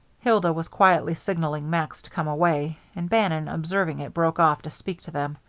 hilda was quietly signalling max to come away, and bannon, observing it, broke off to speak to them.